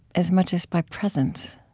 as much as by presence